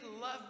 love